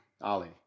Ali